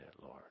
Lord